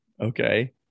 Okay